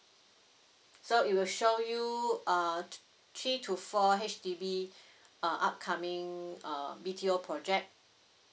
so it will show you uh three to four H_D_B uh upcoming uh B_T_O project